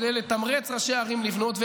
כדי לתמרץ ראשי ערים לבנות,